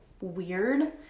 weird